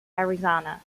arizona